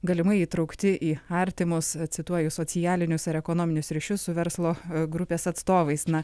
galimai įtraukti į artimus a cituoju socialinius ar ekonominius ryšius su verslo grupės atstovais na